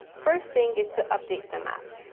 first thing is to update the map.